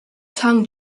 tang